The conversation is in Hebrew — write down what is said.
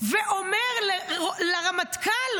אומר לרמטכ"ל,